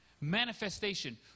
manifestation